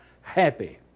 happy